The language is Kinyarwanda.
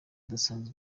adasanzwe